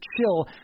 chill